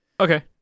Okay